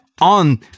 on